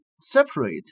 separate